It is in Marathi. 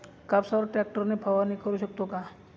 कापसावर ट्रॅक्टर ने फवारणी करु शकतो का?